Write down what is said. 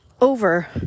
over